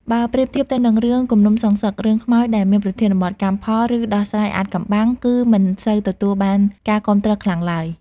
បើប្រៀបធៀបទៅនឹងរឿងគំនុំសងសឹក រឿងខ្មោចដែលមានប្រធានបទ កម្មផល ឬដោះស្រាយអាថ៌កំបាំង គឺមិនសូវទទួលបានការគាំទ្រខ្លាំងឡើយ។